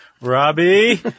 Robbie